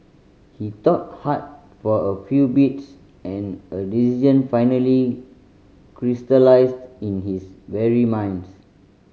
he thought hard for a few beats and a decision finally crystallised in his weary mind